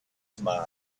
smiled